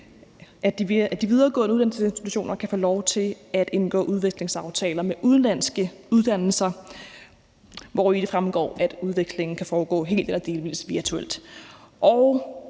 at de videregående uddannelsesinstitutioner kan få lov til at indgå udvekslingsaftaler med udenlandske uddannelser, hvori det fremgår, at udvekslingen kan foregå helt eller delvis virtuelt.